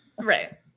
right